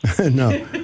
No